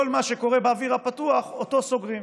כל מה שקורה באוויר הפתוח, אותו, סוגרים.